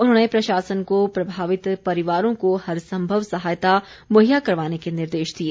उन्होंने प्रशासन को प्रभावित परिवारों को हर संभव सहायता मुहैया करवाने के निर्देश दिए